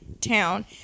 town